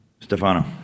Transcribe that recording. Stefano